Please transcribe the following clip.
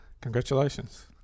Congratulations